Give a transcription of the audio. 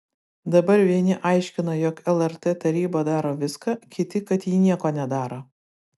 dabar vieni aiškina jog lrt taryba daro viską kiti kad ji nieko nedaro